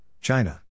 China